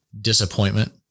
Disappointment